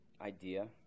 idea